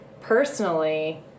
personally